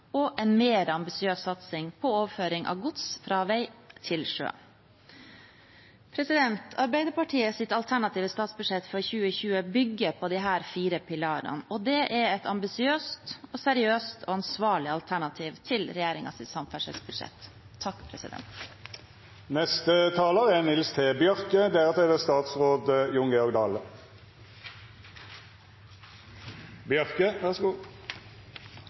og en mer ambisiøs satsning på overføring av gods fra vei til sjø. Arbeiderpartiets alternative statsbudsjett for 2020 bygger på disse fire pilarene. Det er et ambisiøst og seriøst og ansvarlig alternativ til regjeringens samferdselsbudsjett. Når eg høyrer på ein del av innlegga her i dag, kjem eg på eit ordtak om at når ein er usikker, så